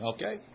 Okay